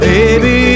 Baby